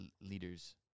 leaders